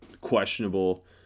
questionable